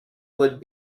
would